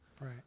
Right